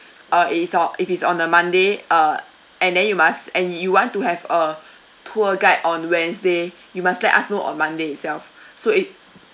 uh if it's o~ if it's on a monday uh and then you must and you want to have a tour guide on wednesday you must let us know on monday itself so